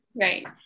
right